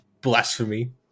Blasphemy